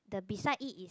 the beside it is